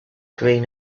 green